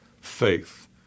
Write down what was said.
faith